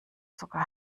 sogar